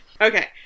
Okay